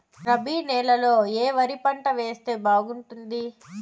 రబి నెలలో ఏ వరి పంట వేస్తే బాగుంటుంది